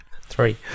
Three